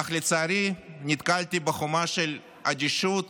אך לצערי נתקלתי בחומה של אדישות